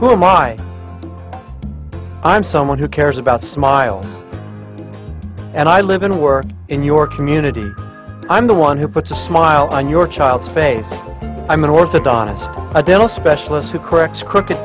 my i'm someone who cares about smiles and i live and work in your community i'm the one who puts a smile on your child's face i'm an orthodontist a dental specialist who corrects crooked